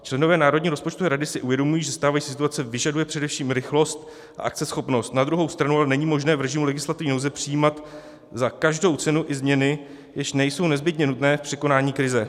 Členové Národní rozpočtové rady si uvědomují, že stávající situace vyžaduje především rychlost a akceschopnost, na druhou stranu ale není možné v režimu legislativní nouze přijímat za každou cenu i změny, jež nejsou nezbytně nutné k překonání krize.